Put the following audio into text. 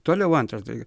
toliau antras dalykas